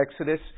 Exodus